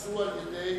נעשו על-ידי,